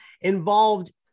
involved